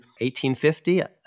1850